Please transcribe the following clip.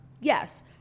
yes